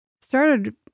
started